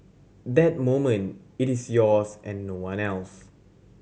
that moment it is yours and no one else